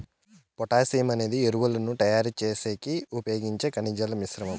potassium అనేది ఎరువులను తయారు చేసేకి ఉపయోగించే ఖనిజాల మిశ్రమం